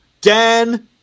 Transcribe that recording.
Dan